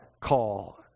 call